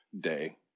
day